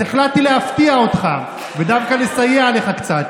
אז החלטתי להפתיע אותך ודווקא לסייע לך קצת,